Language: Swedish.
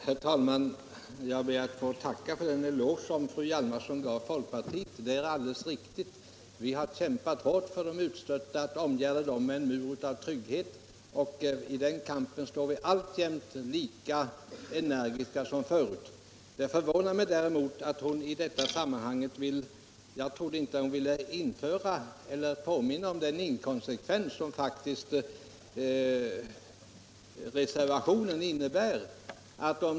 Herr talman! Jag ber att få tacka för den eloge som fru Hjalmarsson gav folkpartiet. Det är alldeles riktigt att vi har kämpat hårt för de utstötta, för att omgärda dem med en mur av trygghet. I den kampen är vi alltjämt lika energiska som förut. Men jag trodde inte att hon ville påminna om den inkonsekvens som faktiskt reservationen innebär.